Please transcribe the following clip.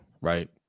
right